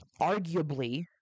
arguably